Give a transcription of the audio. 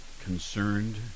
concerned